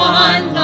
one